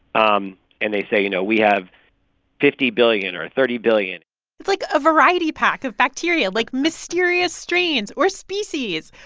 um and they say, you know, we have fifty billion or thirty billion it's like a variety pack of bacteria like, mysterious strains or species.